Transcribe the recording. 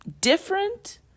different